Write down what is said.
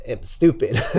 stupid